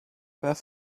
pas